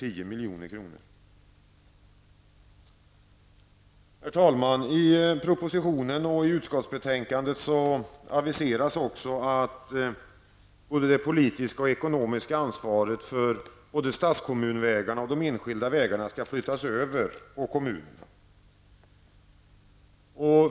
I propositionen och i utskottsbetänkandet aviseras också att det politiska och ekonomiska ansvaret för både statskommunvägarna och de enskilda vägarna skall flyttas över på kommunerna.